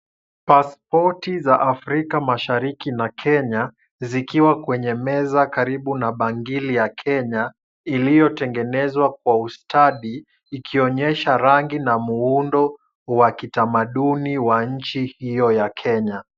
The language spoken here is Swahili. Pasipoti za Afrika mashariki na Kenya, zikiwa kwenye meza karibu na bangili ya Kenya, iliyotengenezwa kwa ustadi, ikionyesha rangi na muundo wa kitamaduni wa nchi hiyo ya Kenya.